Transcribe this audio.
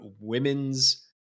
women's